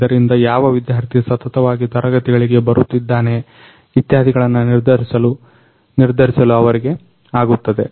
ಇದರಿಂದ ಯಾವ ವಿದ್ಯಾರ್ಥಿ ಸತತವಾಗಿ ತರಗತಿಗಳಿಗೆ ಬರುತ್ತಿದ್ದಾನೆ ಇತ್ಯಾದಿಗಳನ್ನು ನಿರ್ಧರಿಸಲು ಅವರಿಗೆ ಆಗುತ್ತದೆ